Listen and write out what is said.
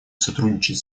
сотрудничать